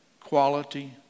quality